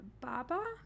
Baba